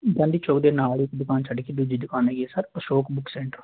ਦਾਡੀ ਸ਼ੋ ਦੇ ਨਾਲ ਇੱਕ ਦੁਕਾਨ ਛੱਡ ਕੇ ਦੂਜੀ ਦੁਕਾਨ ਹੈਗੀ ਹੈ ਸਰ ਅਸ਼ੋਕ ਬੁਕ ਸੈਂਟਰ